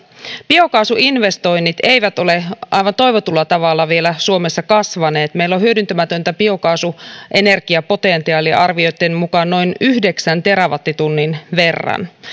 biokaasuinvestoinnit eivät ole aivan toivotulla tavalla vielä suomessa kasvaneet meillä on hyödyntämätöntä biokaasuenergiapotentiaalia arvioitten mukaan noin yhdeksän terawattitunnin verran